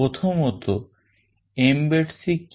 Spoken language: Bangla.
প্রথমত Mbed C কি